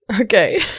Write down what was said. Okay